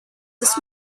this